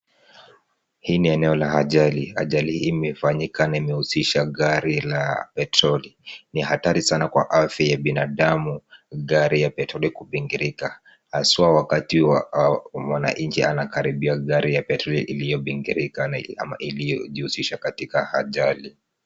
Hii ni eneo la ajali. Ajali hii imefanyika na imehusisha gari la petroli. Ni hatari sana kwa afya ya binadamu gari la petroli kibingirika hasa wakati mwananchi anakaribia gari ya petroli iliyobingirika ama iliyojihusisha katika ajali.